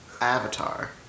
Avatar